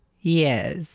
Yes